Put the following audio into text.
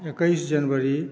एकैस जनवरी